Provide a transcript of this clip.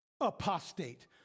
apostate